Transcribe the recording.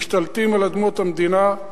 משתלטים על אדמות המדינה.